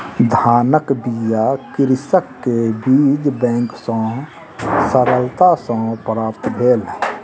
धानक बीया कृषक के बीज बैंक सॅ सरलता सॅ प्राप्त भेल